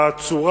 והצורה,